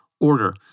order